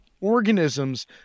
organisms